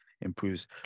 improves